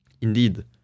indeed